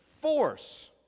force